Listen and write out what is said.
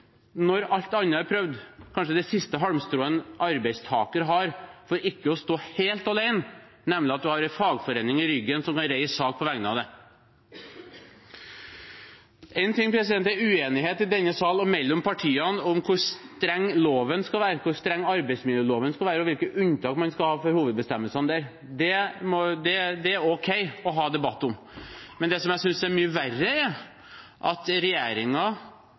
når alt annet er prøvd, kanskje det siste halmstrået en arbeidstaker har for ikke å stå helt alene, nemlig at du har en fagforening i ryggen som har reist sak på vegne av deg. En ting er uenighet i denne sal og mellom partiene om hvor streng arbeidsmiljøloven skal være, og hvilke unntak man skal ha fra hovedbestemmelsene der. Det er det ok å ha debatt om. Men det som jeg synes er mye verre, er at